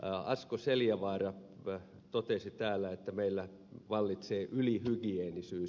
asko seljavaara totesi täällä että meillä vallitsee ylihygieenisyys